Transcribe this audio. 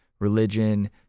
religion